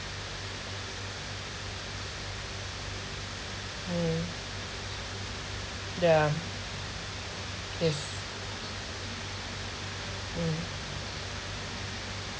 yeah ya yes mm